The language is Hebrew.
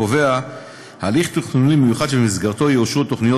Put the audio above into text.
קובע הליך תכנוני מיוחד שבמסגרתו יאושרו תוכניות